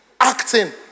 acting